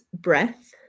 breath